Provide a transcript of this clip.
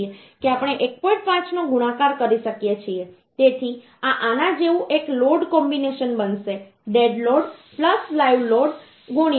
5નો ગુણાકાર કરી શકીએ છીએ તેથી આ આના જેવું એક લોડ કોમ્બિનેશન બનશે ડેડ લોડ લાઈવ લોડ 1